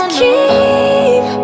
keep